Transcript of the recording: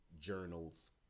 Journal's